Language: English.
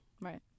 Right